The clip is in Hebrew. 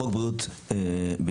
חוק בריאות ממלכתי,